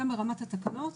גם ברמת התקנות,